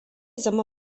zama